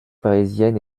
parisienne